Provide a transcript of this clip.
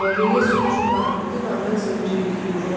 நிறைய சுற்றுலாவிற்கு நாங்கள் சென்றிருக்கின்றோம்